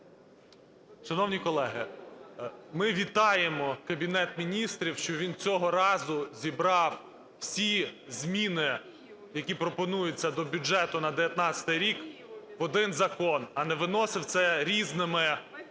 Шановні колеги, ми вітаємо Кабінет Міністрів, що він цього разу зібрав всі зміни, які пропонуються до бюджету на 19-й рік в один закон, а не виносив це різними